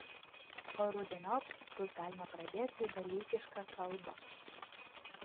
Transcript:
o rudeniop bus galima pradėti dalykišką kalbą